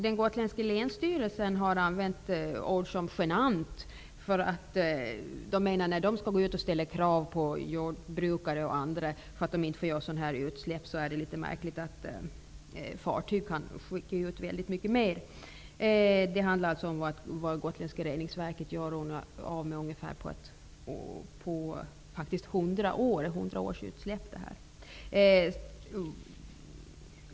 Den gotländska länsstyrelsen har använt ord som genant. Man menar att när man därifrån ställer krav på jordbrukare och andra att inte göra sådana här utsläpp, så är det litet märkligt att fartyg kan skicka ut väldigt mycket mer. Det handlar här om ett lika stort utsläpp som gotländska reningsverk gör på ungefär 100 år.